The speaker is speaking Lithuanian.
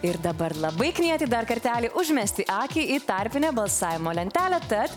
ir dabar labai knieti dar kartelį užmesti akį į tarpinę balsavimo lentelę tad